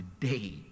today